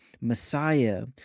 Messiah